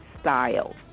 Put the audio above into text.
style